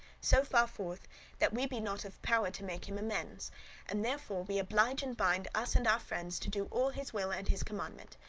so far forth that we be not of power to make him amends and therefore we oblige and bind us and our friends to do all his will and his commandment.